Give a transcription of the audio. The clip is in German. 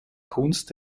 kunst